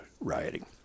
rioting